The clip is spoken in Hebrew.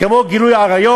כמו גילוי עריות,